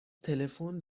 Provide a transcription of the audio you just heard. تلفن